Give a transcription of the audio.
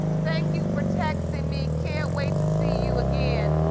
thank you for texting me. can't wait to see you again.